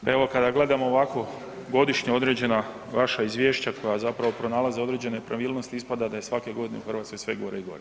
Pa evo kada gledamo ovako godišnje određena vaša izvješća koja zapravo pronalaze određene nepravilnosti, ispada je da je svake godine u Hrvatskoj sve gore i gore.